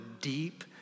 deep